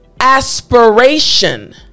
aspiration